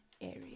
area